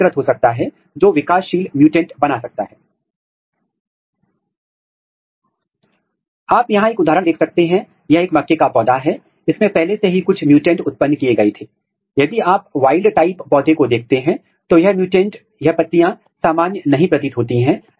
लेकिन यह डोमेन जो L 1 और L 2 लेयर है यह पुष्पक्रम मेरिस्टेम है यह फ्लोरल मेरिस्टेम है सभी मामलों में आप देख सकते हैं कि L 1 और L 2 लेयर में उनके पास RNA नहीं है जिसका अर्थ है कि एल 1 और एल 2 परत मैं WUSSEL का ट्रांसक्रिप्शन नहीं हो रहा है